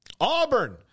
Auburn